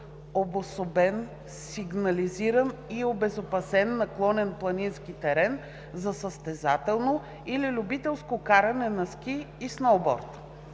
обособен, сигнализиран и обезопасен наклонен планински терен за състезателно или любителско каране на ски и сноуборд;